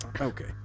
Okay